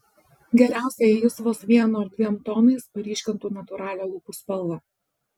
geriausia jei jis vos vienu ar dviem tonais paryškintų natūralią lūpų spalvą